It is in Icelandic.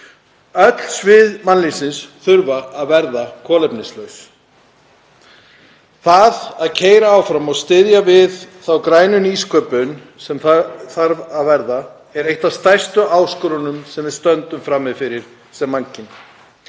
Öll svið mannlífsins þurfa að verða kolefnishlutlaus. Það að keyra áfram og styðja við þá grænu nýsköpun sem þarf að verða er ein af þeim stærstu áskorunum sem við stöndum frammi fyrir sem mannkyn.